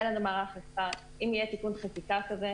אין לו מערך אכיפה ואם יהיה תיקון חקיקה כזה,